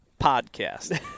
podcast